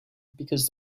because